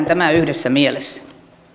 pidetään tämä yhdessä mielessä